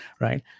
right